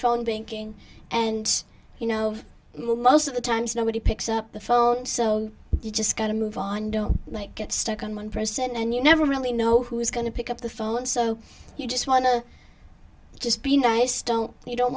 phone banking and you know most of the times nobody picks up the phone so you just got to move on don't like get stuck on one person and you never really know who is going to pick up the phone so you just want to just be nice don't you don't